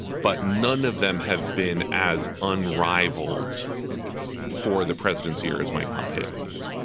but none of them have been as unrivaled for the president's ear as mike pompeo is